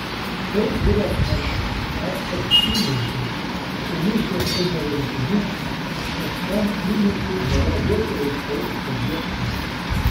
tai buvo smarkus karštas įniršis sumišęs su neviltimi kad tam įniršiui nėra jokio aiškaus objekto